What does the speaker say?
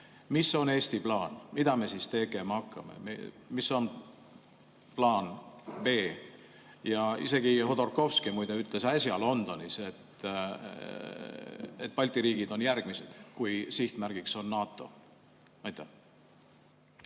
mis on Eesti plaan? Mida me siis tegema hakkame? Mis on plaan B? Isegi Hodorkovski muide ütles äsja Londonis, et Balti riigid on järgmised, kui sihtmärgiks on NATO. Aitäh,